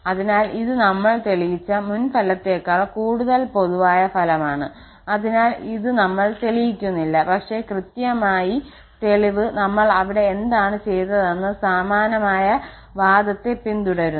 അതിനാൽ ഇത് ഞങ്ങൾ തെളിയിച്ച മുൻ ഫലത്തേക്കാൾ കൂടുതൽ പൊതുവായ ഫലമാണ് അതിനാൽ ഇത് ഞങ്ങൾ തെളിയിക്കുന്നില്ല പക്ഷേ കൃത്യമായി തെളിവ് ഞങ്ങൾ അവിടെ എന്താണ് ചെയ്തതെന്ന് സമാനമായ വാദത്തെ പിന്തുടരുന്നു